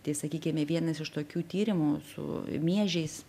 tai sakykime vienas iš tokių tyrimų su miežiais